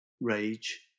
rage